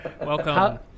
Welcome